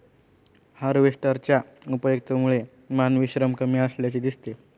हार्वेस्टरच्या उपयुक्ततेमुळे मानवी श्रम कमी असल्याचे दिसते